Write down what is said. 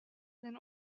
than